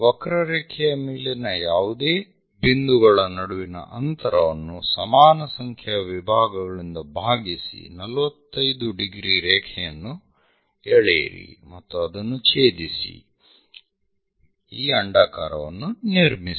ವಕ್ರರೇಖೆಯ ಮೇಲಿನ ಯಾವುದೇ ಬಿಂದುಗಳ ನಡುವಿನ ಅಂತರವನ್ನು ಸಮಾನ ಸಂಖ್ಯೆಯ ವಿಭಾಗಗಳಿಂದ ಭಾಗಿಸಿ 45 ° ರೇಖೆಯನ್ನು ಎಳೆಯಿರಿ ಮತ್ತು ಅದನ್ನು ಛೇದಿಸಿ ಈ ಅಂಡಾಕಾರವನ್ನು ನಿರ್ಮಿಸಿ